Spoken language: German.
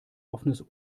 offenes